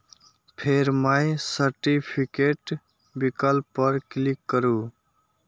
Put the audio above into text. फेर my certificate विकल्प पर क्लिक करू